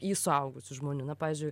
į suaugusių žmonių na pavyzdžiui